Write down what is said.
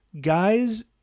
guys